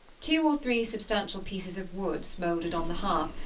two or three substantial pieces of wood smoldered on the hearth,